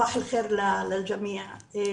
לכולם.